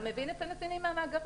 הם מביאים את הנתונים מהמאגר.